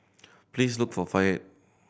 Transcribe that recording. please look for Fayette